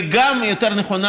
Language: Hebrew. וגם יותר נכונה,